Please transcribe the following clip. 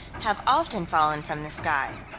have often fallen from the sky.